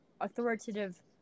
authoritative